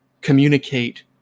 communicate